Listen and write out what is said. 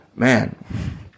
Man